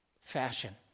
fashion